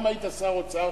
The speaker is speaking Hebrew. גם היית שר אוצר,